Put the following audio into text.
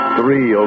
Three